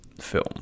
film